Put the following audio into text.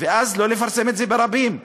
ולא לפרסם את זה ברבים.